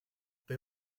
they